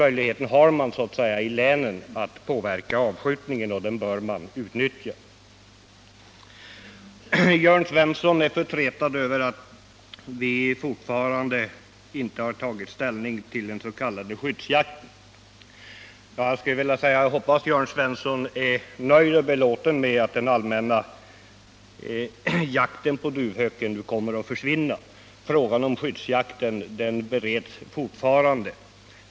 Man har alltså möjlighet att i länen påverka avskjutningen, och den möjligheten bör man utnyttja. Jörn Svensson är förtretad över att vi fortfarande inte har tagit ställning till dens.k. skyddsjakten. Jag hoppas att Jörn Svensson är nöjd och belåten med att den allmänna jakten på duvhök nu kommer att försvinna. Frågan om skyddsjakten bereds fortfarande.